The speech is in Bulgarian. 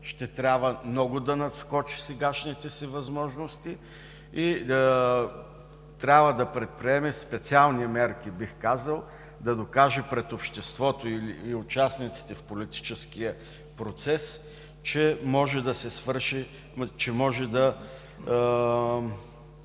ще трябва много да надскочи сегашните си възможности и трябва да предприеме специални мерки, бих казал да докаже пред обществото или участниците в политическия процес, че може да се справи с тази задача.